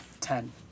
ten